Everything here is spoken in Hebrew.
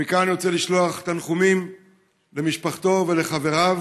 מכאן אני רוצה לשלוח תנחומים למשפחתו ולחבריו,